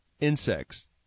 insects